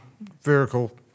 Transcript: vehicle